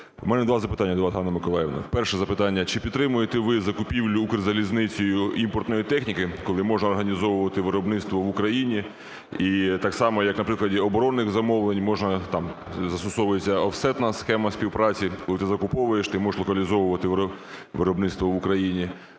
В мене два запитання до вас, Ганно Миколаївно. Перше запитання. Чи підтримуєте ви закупівлю "Укрзалізницею" імпортної техніки, коли можна організовувати виробництво в Україні? І так само, як на прикладі оборонних замовлень, можна, там застосовується офсетна схема співпраці, коли ти закуповуєш, ти можешлокалізовувати виробництво в Україні.